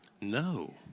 No